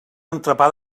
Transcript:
entrepà